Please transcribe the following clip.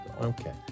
Okay